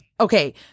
Okay